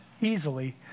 easily